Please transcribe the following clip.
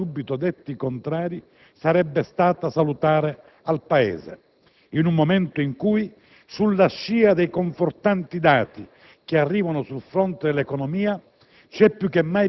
ci siamo da subito detti contrari, sarebbe stata salutare al Paese in un momento in cui, sulla scia dei confortanti dati che arrivano sul fronte dell'economia,